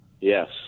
Yes